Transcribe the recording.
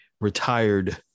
retired